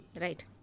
Right